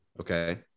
okay